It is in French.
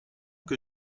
que